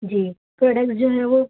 جی product جو ہے وہ